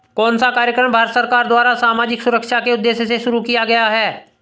कौन सा कार्यक्रम भारत सरकार द्वारा सामाजिक सुरक्षा के उद्देश्य से शुरू किया गया है?